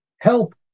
help